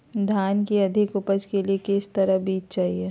धान की अधिक उपज के लिए किस तरह बीज चाहिए?